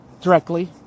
directly